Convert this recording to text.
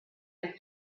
and